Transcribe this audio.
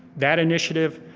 that initiative,